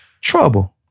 Trouble